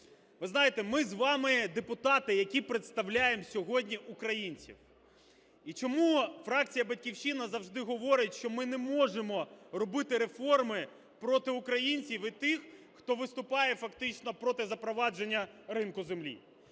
Ви знаєте, ми з вами депутати, які представляють сьогодні українців. І чому фракція "Батьківщина" завжди говорить, що ми не можемо робити реформи проти українців і тих, хто виступає фактично проти запровадження ринку землі.